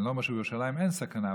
אני לא אומר שבירושלים אין סכנה,